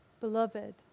Beloved